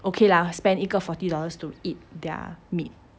okay lah spend 一个 forty dollars to eat their meat